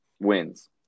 Wins